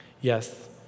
Yes